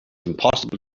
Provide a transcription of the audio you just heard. impossible